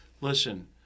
listen